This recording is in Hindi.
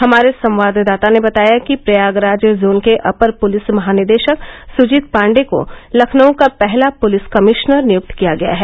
हमारे संवाददाता ने बताया है कि प्रयागराज जोन के अपर पुलिस महानिदेशक सूजीत पाण्डेय को लखनऊ का पहला पुलिस कमिश्नर नियुक्त किया गया है